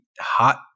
hot